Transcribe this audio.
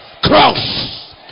cross